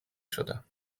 شدم